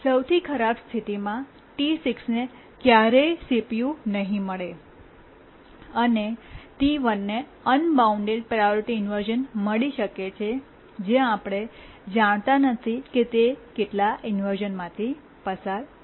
સૌથી ખરાબ સ્થિતિમાં T6 ને ક્યારેય CPU નહીં મળે અને T1 ને અનબાઉન્ડ પ્રાયોરિટી ઇન્વર્શ઼ન મળી શકે છે જ્યાં આપણે જાણતા નથી કે તે કેટલા ઇન્વર્શ઼નમાંથી પસાર થશે